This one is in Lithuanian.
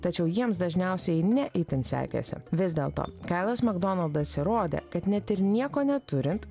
tačiau jiems dažniausiai ne itin sekėsi vis dėlto kailas makdonaldas įrodė kad net ir nieko neturint